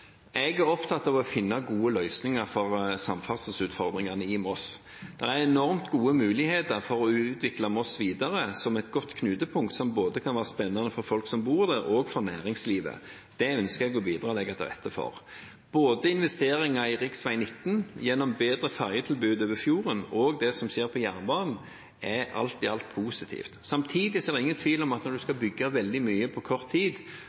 Jeg er opptatt av å finne gode løsninger for samferdselsutfordringene i Moss. Det er enormt gode muligheter for å utvikle Moss videre som et godt knutepunkt som både kan være spennende for folk som bor der, og for næringslivet. Det ønsker jeg å bidra til og legge til rette for. Både investeringer i rv. 19 gjennom bedre ferjetilbud over fjorden og det som skjer på jernbanen, er alt i alt positivt. Samtidig er det ingen tvil om at når en skal bygge veldig mye på kort tid,